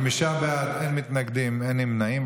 חמישה בעד, אין מתנגדים, אין נמנעים.